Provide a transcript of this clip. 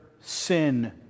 sin